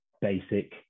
basic